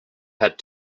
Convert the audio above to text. had